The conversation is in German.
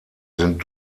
sind